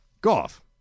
Goff